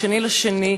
ב-2 בפברואר,